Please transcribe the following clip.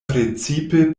precipe